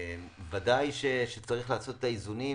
ודאי צריך לעשות את האיזונים,